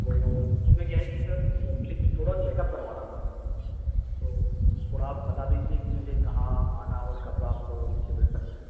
वह उसमें क्या है कि सर मुझे तो थोड़ा चेकअप करवाना था तो थोड़ा आप बता दीजिए कि मुझे कहाँ आना और कब आप मुझे मिल सकते हैं